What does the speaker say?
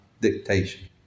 Dictation